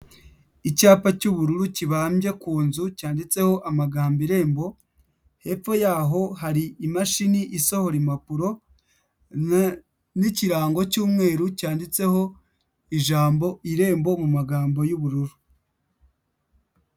Icyapa cy'ubururu kibambye ku nzu cyanditseho amagambo Irembo, hepfo y'aho hari imashini isohora impapuro n'ikirango cy'umweru cyanditseho ijambo Irembo mu magambo y'ubururu.